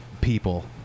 people